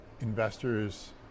investors